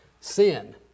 sin